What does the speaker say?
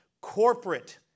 corporate